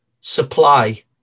supply